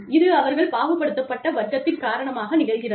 இது அவர்கள் பாதுகாக்கப்பட்ட வர்க்கத்தின் காரணமாக நிகழ்கிறது